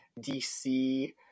DC